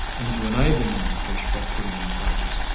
into enabling them to fish by putting in quotas,